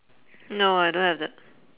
no I don't have that